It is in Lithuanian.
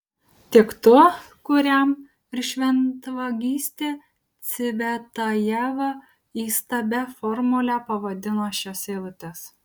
tik tu kuriam ir šventvagystė cvetajeva įstabia formule pavadino šias eilutes